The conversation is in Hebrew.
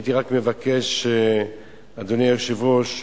הייתי רק מבקש, אדוני היושב-ראש,